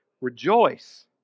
Rejoice